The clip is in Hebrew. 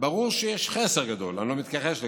ברור שיש חסר גדול, אני לא מתכחש לכך.